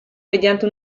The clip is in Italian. mediante